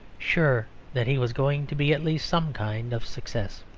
sure that he was going to be at least some kind of success.